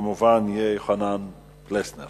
כמובן, יהיה חבר הכנסת